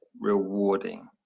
rewarding